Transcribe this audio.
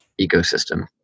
ecosystem